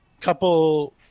couple